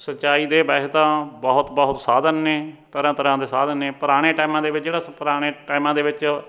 ਸਿੰਚਾਈ ਦੇ ਵੈਸੇ ਤਾਂ ਬਹੁਤ ਬਹੁਤ ਸਾਧਨ ਨੇ ਤਰ੍ਹਾਂ ਤਰ੍ਹਾਂ ਦੇ ਸਾਧਨ ਨੇ ਪੁਰਾਣੇ ਟਾਈਮਾਂ ਦੇ ਵਿੱਚ ਜਿਹੜਾ ਸ ਪੁਰਾਣੇ ਟਾਈਮਾਂ ਦੇ ਵਿੱਚ